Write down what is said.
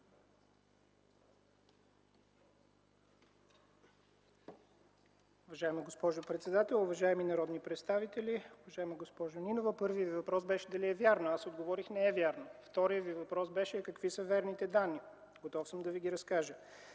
Уважаема госпожо председател, уважаеми народни представители! Уважаема госпожо Нинова, първият Ви въпрос беше – дали е вярно. Аз Ви отговорих – не е вярно. Вторият Ви въпрос беше – какви са верните данни. Готов съм да Ви ги разкажа.